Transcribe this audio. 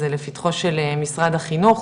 זה לפתחו של משרד החינוך,